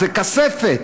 זה כספת.